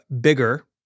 bigger